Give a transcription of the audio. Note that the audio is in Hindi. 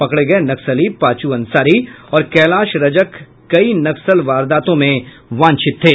पकड़े गये नक्सली पाचू अंसारी और कैलाश रजक कई नक्सल वारदातों में वांछित थे